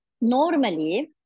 normally